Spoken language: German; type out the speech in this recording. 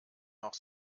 noch